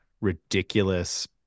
ridiculous